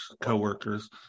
co-workers